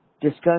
discuss